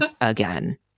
Again